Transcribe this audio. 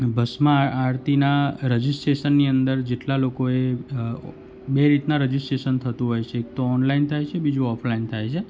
ભસ્મ આરતી રજીસ્ટ્રેશનની અંદર જેટલા લોકોએ બે રીતના રજીસ્ટ્રેશન થતું હોય છે એક તો ઓનલાઈન થાય છે બીજું ઓફલાઈન થાય છે